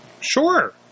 Sure